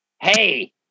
hey